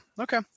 Okay